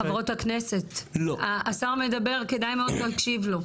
חברות הכנסת, השר מדבר כדאי מאוד להקשיב לו.